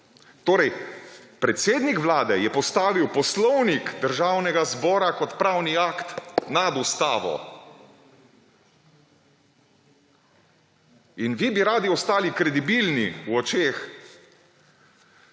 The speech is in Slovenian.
Torej, predsednik Vlade je postavil Poslovnik Državnega zbora kot pravni akt nad Ustavo. In vi bi radi ostali kredibilni v očeh